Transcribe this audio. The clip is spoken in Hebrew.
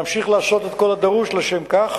ואמשיך לעשות את כל הדרוש לשם כך.